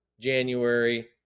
January